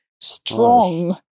strong